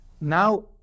now